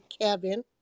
Kevin